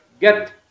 get